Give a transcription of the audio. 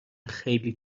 خیلی